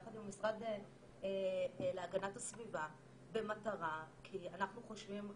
יחד עם המשרד להגנת הסביבה כי אנחנו חושבים,